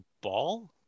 ball